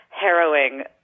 harrowing